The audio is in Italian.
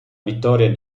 vittoria